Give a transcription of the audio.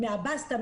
מהבסטה,